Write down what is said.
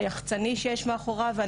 היחצ"ני שיש מאחוריו,